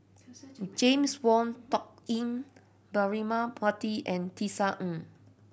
James Wong Tuck Yim Braema Mathi and Tisa Ng